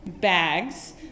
bags